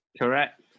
Correct